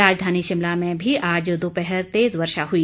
राजधानी शिमला में भी आज दोपहर तेज वर्षा हुई